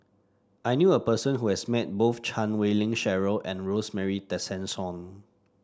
I knew a person who has met both Chan Wei Ling Cheryl and Rosemary Tessensohn